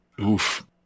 Oof